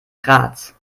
graz